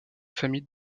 famille